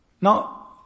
now